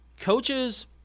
Coaches